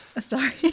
Sorry